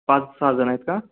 पाच सहाजण आहेत का